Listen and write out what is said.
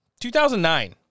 2009